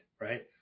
Right